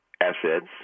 assets